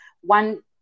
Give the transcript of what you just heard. one